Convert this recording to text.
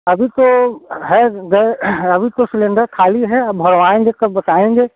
अभी तो है ब अभी तो सिलेंडर ख़ाली है अब भरवाएँगे तब बताएँगे